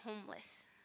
homeless